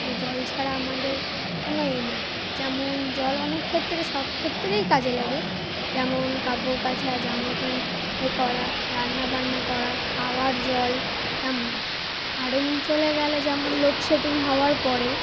তাই জল ছাড়া আমাদের কোনো এ নেই যেমন জল অনেক ক্ষেত্রে সব ক্ষেত্রেই কাজে লাগে যেমন কাপড় কাচা জামা প্যান্ট এ করা রান্না বান্না করা খাওয়ার জল তেমনই কারেন্ট চলে গেলে যেমন লোডশেডিং হওয়ার পরে